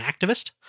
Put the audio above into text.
activist